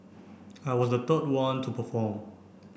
I was the third one to perform